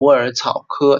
虎耳草科